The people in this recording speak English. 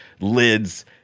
lids